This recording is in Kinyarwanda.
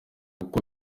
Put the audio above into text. kuko